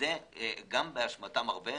וזה גם באשמתם הרבה,